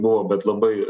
buvo bet labai